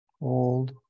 Hold